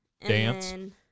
Dance